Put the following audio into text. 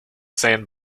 san